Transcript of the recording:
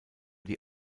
die